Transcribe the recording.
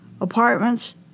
apartments